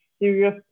serious